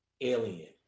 alien